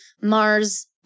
Mars